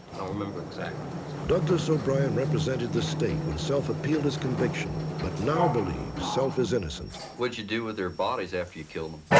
i don't remember exactly. narrator douglas o'brian represented the state when self appealed his conviction but now believes self is innocent. what'd you do with their bodies after you killed them?